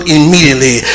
immediately